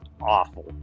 awful